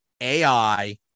AI